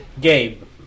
Gabe